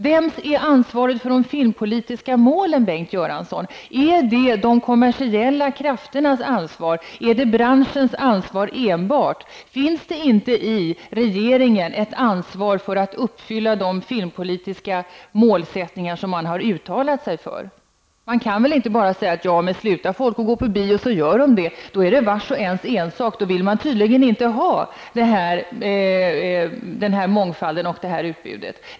Vems är ansvaret för de filmpolitiska målen, Bengt Göransson? Är det de kommersiella krafternas ansvar eller är det enbart branschens ansvar? Finns det inte i regeringen ett ansvar för att uppfylla de filmpolitiska mål som man har uttalat sig för? Man kan väl inte bara säga: Slutar folk gå på bio, så gör de det, det är vars och ens ensak. För då vill man tydligen inte ha mångfald i utbudet.